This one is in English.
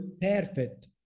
perfect